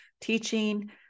teaching